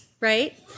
Right